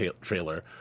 trailer